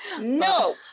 no